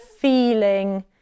feeling